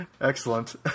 Excellent